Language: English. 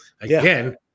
again